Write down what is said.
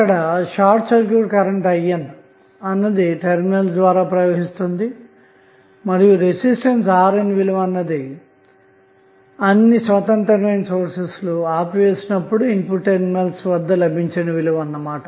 ఇక్కడషార్ట్ circuit current IN terminals ద్వారా ప్రవహిస్తుంది మరియు రెసిస్టెన్స్ RN విలువ అనేది అన్ని స్వతంత్రమైన సోర్స్ లు ఆఫ్ చేసినప్పుడు ఇన్పుట్ టెర్మినల్స్ వద్ద లభిస్తుందన్నమాట